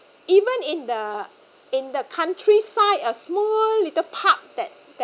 even in the in the countryside a small little pub that that